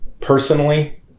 personally